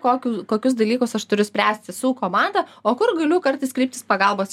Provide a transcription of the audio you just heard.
kokiu kokius dalykus aš turiu spręsti su komanda o kur galiu kartais kreiptis pagalbos